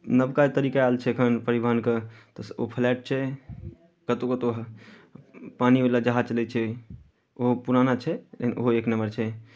नवका तरीका आयल छै एखन परिवहनके तऽ ओ फ्लाइट छै कतहु कतहु पानिवला जहाज चलै छै ओ पुराना छै लेकिन ओहो एक नंबर छै